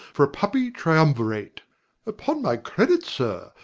for a puppy triumvirate upon my credit, sir,